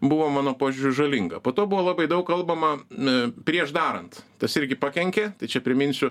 buvo mano požiūriu žalinga po to buvo labai daug kalbama e prieš darant tas irgi pakenkė tai čia priminsiu